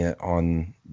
on